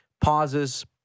pauses